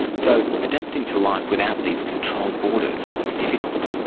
so adapting to life without these controlled borders is difficult.